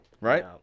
Right